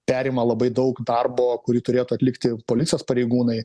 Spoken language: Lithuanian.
perima labai daug darbo kurį turėtų atlikti policijos pareigūnai